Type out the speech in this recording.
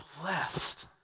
blessed